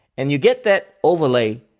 and you get that overlay,